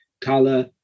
color